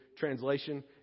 translation